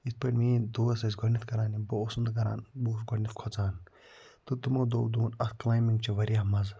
یِتھ پٲٹھۍ میٛٲنۍ دوس ٲسۍ گۄڈٕنٮ۪تھ کران یِم بہٕ اوسُس نہٕ کران بہٕ اوسُس گۄڈٕنٮ۪تھ کھۄژان تہٕ تِمو دوٚپ دوٚپُکھ اَتھ کٕلایمبِنٛگ چھِ واریاہ مَزٕ